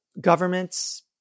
governments